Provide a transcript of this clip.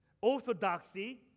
orthodoxy